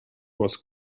was